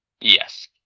Yes